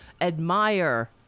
admire